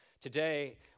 Today